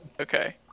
Okay